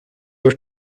were